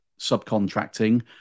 subcontracting